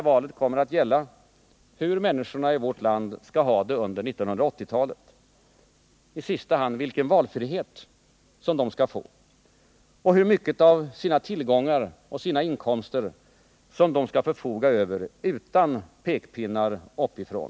Valet kommer att gälla hur människorna i vårt land skall ha det under 1980-talet, i sista hand vilken valfrihet som de skall få, och hur mycket av sina tillgångar och sina inkomster som de skall förfoga över utan pekpinnar uppifrån.